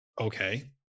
Okay